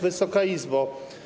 Wysoka Izbo!